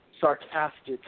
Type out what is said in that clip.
sarcastic